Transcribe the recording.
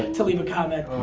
to leave a comment.